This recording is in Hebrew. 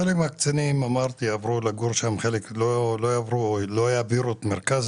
חלק מהקצינים עברו לגור שם וחלק לא יעברו או יעבירו את מרכז